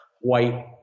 white